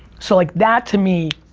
so like that to me